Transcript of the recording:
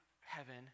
heaven